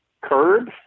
curb